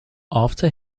after